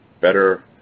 better